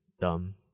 dumb